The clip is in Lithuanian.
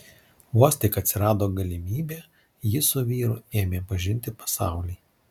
vos tik atsirado galimybė ji su vyru ėmė pažinti pasaulį